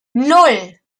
nan